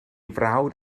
frawd